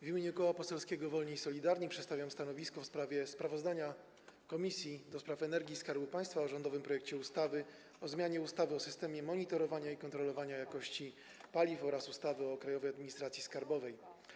W imieniu Koła Poselskiego Wolni i Solidarni przedstawiam stanowisko w sprawie sprawozdania Komisji do Spraw Energii i Skarbu Państwa o rządowym projekcie ustawy o zmianie ustawy o systemie monitorowania i kontrolowania jakości paliw oraz ustawy o Krajowej Administracji Skarbowej.